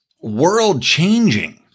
world-changing